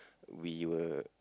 we were